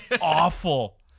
awful